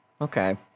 Okay